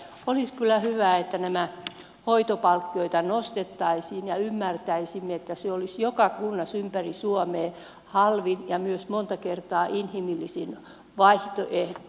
olisi kyllä hyvä että näitä hoitopalkkioita nostettaisiin ja ymmärtäisimme että se olisi joka kunnassa ympäri suomea halvin ja myös monta kertaa inhimillisin vaihtoehto